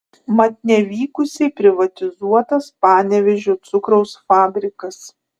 mat nevykusiai privatizuotas panevėžio cukraus fabrikas